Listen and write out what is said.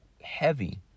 heavy